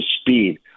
speed